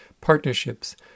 partnerships